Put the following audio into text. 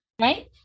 right